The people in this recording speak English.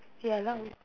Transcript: ya lah